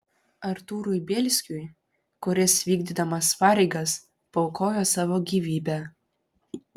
artūrui bielskiui kuris vykdydamas pareigas paaukojo savo gyvybę